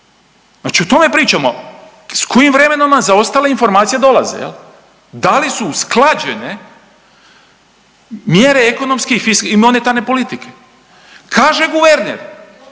Znači o tome pričamo, s kojim vremenom zaostale informacije dolaze, je li? Da li su usklađene mjere ekonomske i monetarne politike. Kaže guverner,